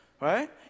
right